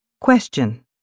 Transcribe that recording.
Question